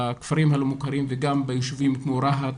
בכפרים הלא מוכרים וגם ביישובים כמו רהט,